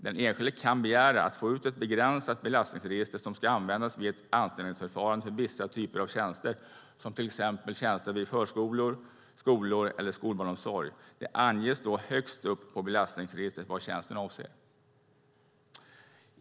Den enskilde kan begära att få ut ett begränsat utdrag ur belastningsregister som ska användas vid ett anställningsförfarande för vissa typer av tjänster som till exempel tjänster vid förskolor eller skolor eller i skolbarnsomsorg. Det anges då högst upp på utdraget ur belastningsregistret vad tjänsten avser.